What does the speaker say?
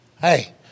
Hey